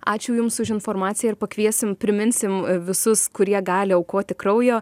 ačiū jums už informaciją ir pakviesim priminsim visus kurie gali aukoti kraujo